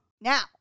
now